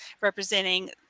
representing